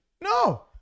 No